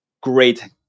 great